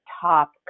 top